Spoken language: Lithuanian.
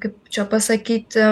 kaip čia pasakyti